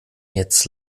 jetzt